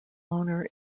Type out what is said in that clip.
owner